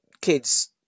kids